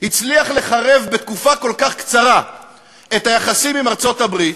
הצליח לחרב בתקופה כל כך קצרה את היחסים עם ארצות-הברית,